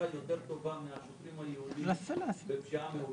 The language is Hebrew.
יותר טובה מהשוטרים היהודים בפשיעה מאורגנת.